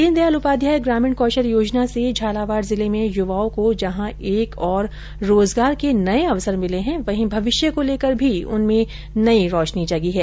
दीनदयाल उपाध्याय ग्रामीण कौशल योजना से झालावाड़ जिले में युवाओं को जहां एक ओर रोजगार के नये अवसर मिले हैं वहीं भविष्य को लेकर भी उनमें नयी रोशनी जगी है